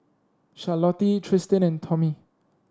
Charlottie Tristin and Tommie